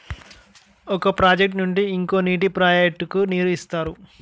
ఒక ప్రాజెక్ట్ నుండి ఇంకో నీటి ప్రాజెక్ట్ కు నీరు ఇస్తారు